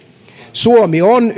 suomi on